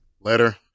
Later